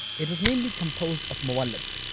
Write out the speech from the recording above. it was mainly composed of muwallads,